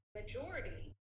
majority